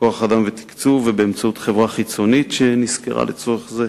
כוח-אדם ותקציב ובאמצעות חברה חיצונית שנשכרה לצורך זה,